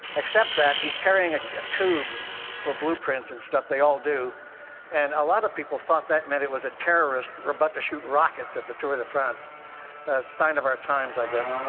except that he's carrying ah a tube for blueprints and stuff they all do and a lot of people thought that meant it was a terrorist about but to shoot rockets at the tour de france sign of our times, i guess.